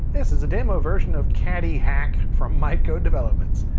this is a demo version of caddiehack from micode developments.